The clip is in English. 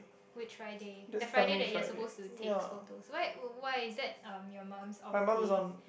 which Friday the Friday that you are supposed to take photo why why is that um your mum's off day